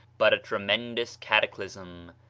but a tremendous cataclysm.